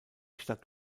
stadt